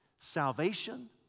salvation